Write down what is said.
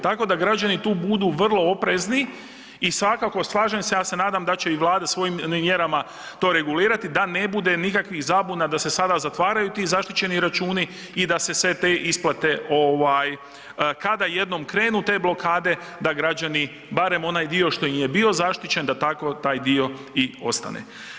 Tako da građani tu budu vrlo oprezni i svakako, slažem se, ja se nadam da će Vlada svojim mjerama to regulirati da ne bude nikakvih zabuna da se sada zatvaraju ti zaštićeni računi i da se sve te isplate, kada jednom krenu te blokade, da građani barem onaj dio što im je bio zaštićen, da tako taj dio i ostane.